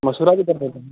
مسوڑا بھی درد